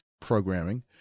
programming